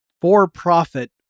for-profit